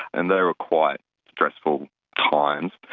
and they were quite stressful times.